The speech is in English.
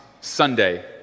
Sunday